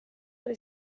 oli